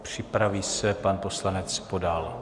Připraví se pan poslanec Podal.